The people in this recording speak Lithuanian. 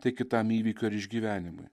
tai kitam įvykiui ar išgyvenimui